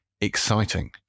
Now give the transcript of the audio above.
exciting